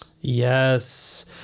Yes